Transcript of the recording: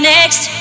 Next